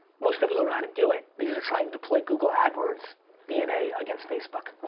most people don't know how to do it because they're trying to play google adwords dna against facebook.